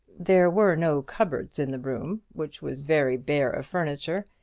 there were no cupboards in the room, which was very bare of furniture,